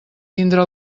tindre